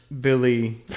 Billy